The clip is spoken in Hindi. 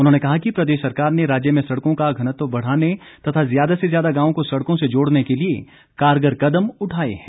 उन्होंने कहा कि प्रदेश सरकार ने राज्य में सड़कों का घनत्व बढ़ाने तथा ज्यादा से ज्यादा गांव को सड़कों से जोड़ने के लिए कारगर कदम उठाए हैं